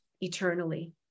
eternally